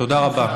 תודה רבה.